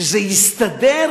שזה יסתדר